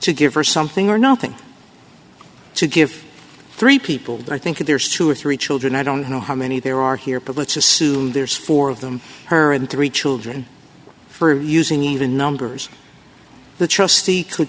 to give her something or nothing to give three people i think there's two or three children i don't know how many there are here but let's assume there's four of them her and three children for using even numbers the trustee could